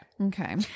Okay